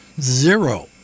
zero